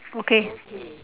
okay